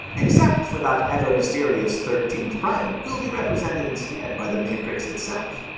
except for that ever-mysterious thirteenth prime, who will be represented instead by the matrix itself!